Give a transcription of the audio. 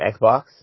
Xbox